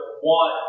one